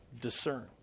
discern